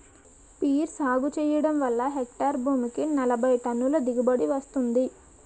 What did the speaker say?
peer సాగు చెయ్యడం వల్ల హెక్టారు భూమికి నలబైటన్నుల దిగుబడీ వస్తుంది